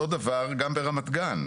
אותו דבר גם ברמת גן.